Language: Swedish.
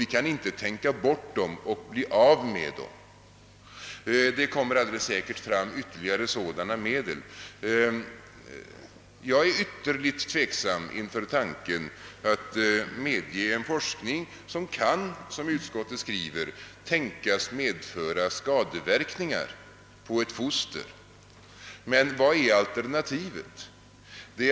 Vi kan inte tänka bort dem och bli av med (dem. Det kommer alldeles säkert fram ytterligare sådana medel. |: Jag är ytterligt tveksam inför tanken att medge en forskning, som kan, som utskottet skriver, tänkas medföra skadeverkningar på ett foster. Men vilket är alternativet?